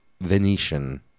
Venetian